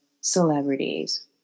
celebrities